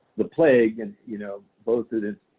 the plague, and you know both in its